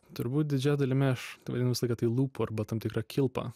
turbūt didžia dalimi aš vadinu visąlaik e tai lūpu arba tam tikra kilpa